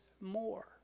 more